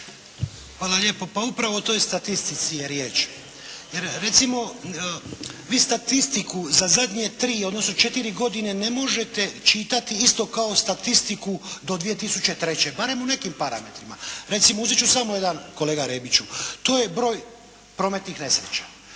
Hvala lijepo. Pa upravo o toj statistici je riječ, jer recimo vi statistiku za zadnje tri, odnosno četiri godine ne možete čitati isto kao statistiku do 2003., barem u nekim parametrima. Recimo uzet ću samo jedan, kolega Rebiću. To je broj prometnih nesreća.